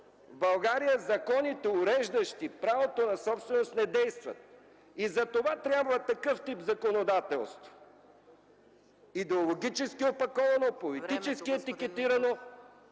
България законите, уреждащи правото на собственост, не действат. Затова трябва такъв тип законодателство – идеологически опаковано, политически етикетирано,